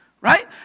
right